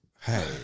hey